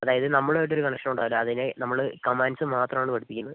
അതായത് നമ്മളും ആയിട്ടൊരു കണക്ഷനും ഉണ്ടാവില്ല അതിനെ നമ്മൾ കമാൻഡ്സ് മാത്രമാണ് പഠിപ്പിക്കുന്നത്